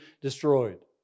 destroyed